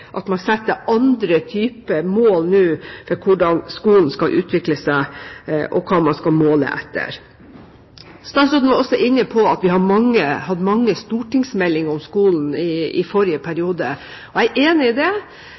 at man er så konkret at man nå setter andre typer mål for hvordan skolen skal utvikle seg, og for hva man skal måle etter. Statsråden var også inne på at vi har hatt mange stortingsmeldinger om skolen i forrige periode. Jeg er enig i det,